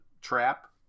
trap